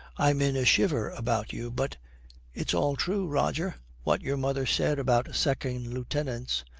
i'm in a shiver about you, but it's all true, roger, what your mother said about second lieutenants.